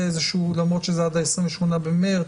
למרות שזה עד ה-28 במרץ,